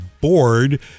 bored